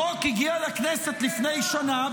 החוק הגיע לכנסת לפני שנה,